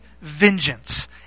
vengeance